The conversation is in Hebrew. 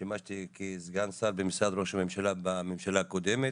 שימשתי כסגן שר במשרד ראש הממשלה בממשלה הקודמת,